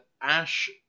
Ash